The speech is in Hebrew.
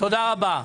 תודה רבה.